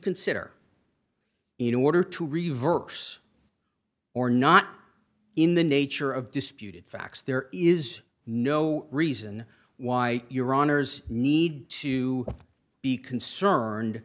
consider in order to reverse or not in the nature of disputed facts there is no reason why your honour's need to be concerned